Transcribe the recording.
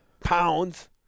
pounds